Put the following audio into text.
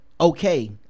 okay